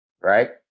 Right